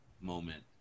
moment